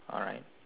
alright